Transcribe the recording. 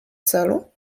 celu